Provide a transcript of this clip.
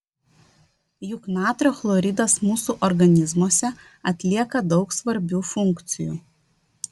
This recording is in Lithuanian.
juk natrio chloridas mūsų organizmuose atlieka daug svarbių funkcijų